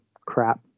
crap